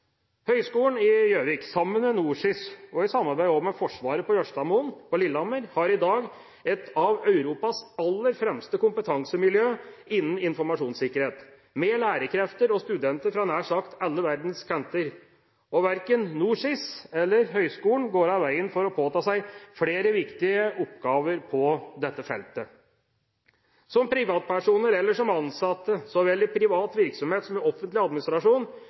i Gjøvik, sammen med NorSIS, og i samarbeid også med Forsvaret på Jørstadmoen på Lillehammer, har i dag et av Europas aller fremste kompetansemiljøer innenfor informasjonssikkerhet med lærekrefter og studenter fra nær sagt alle verdens kanter. Verken NorSIS eller Høgskolen går av veien for å påta seg flere viktige oppgaver på dette feltet. Som privatpersoner eller ansatte, så vel i privat virksomhet som i offentlig administrasjon,